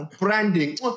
Branding